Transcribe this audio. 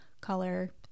color